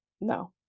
No